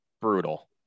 Brutal